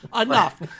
enough